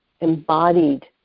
embodied